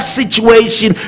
situation